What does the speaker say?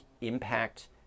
impact